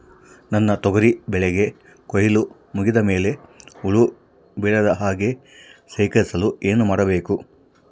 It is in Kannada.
ನನ್ನ ತೊಗರಿ ಬೆಳೆಗೆ ಕೊಯ್ಲು ಮುಗಿದ ಮೇಲೆ ಹುಳು ಬೇಳದ ಹಾಗೆ ಶೇಖರಿಸಲು ಏನು ಮಾಡಬೇಕು?